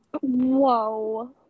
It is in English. Whoa